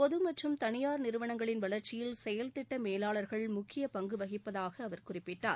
பொது மற்றும் தனியார் நிறுவனங்களில் வளர்ச்சியில் செயல்திட்ட மேலாளர்கள் முக்கிய பங்கு வகிப்பதாக அவர் குறிப்பிட்டார்